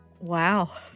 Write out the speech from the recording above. Wow